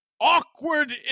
Awkward